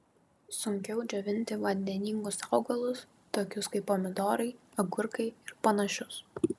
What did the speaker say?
sunkiau džiovinti vandeningus augalus tokius kaip pomidorai agurkai ir panašius